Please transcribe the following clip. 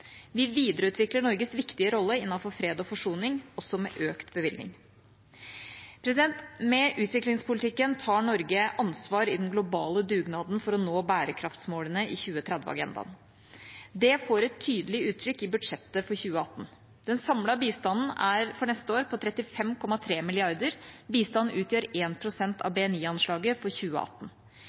Vi videreutvikler Norges viktige rolle innenfor fred og forsoning, også med økt bevilgning. Med utviklingspolitikken tar Norge ansvar i den globale dugnaden for å nå bærekraftsmålene i 2030-agendaen. Det får et tydelig uttrykk i budsjettet for 2018. Den samlede bistanden er for neste år på 35,3 mrd. kr. Bistanden utgjør 1 pst. av BNI-anslaget for 2018.